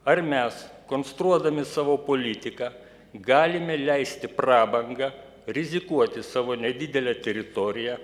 ar mes konstruodami savo politiką galime leisti prabangą rizikuoti savo nedidelę teritoriją